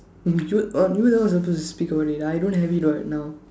eh you oh you are the one who were supposed to speak about it I don't have it what now